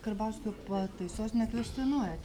karbauskio pataisos nekvestionuojate